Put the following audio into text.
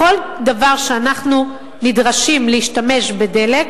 בכל דבר שאנחנו נדרשים להשתמש בדלק,